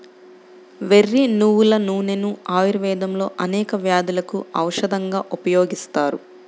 వెర్రి నువ్వుల నూనెను ఆయుర్వేదంలో అనేక వ్యాధులకు ఔషధంగా ఉపయోగిస్తారు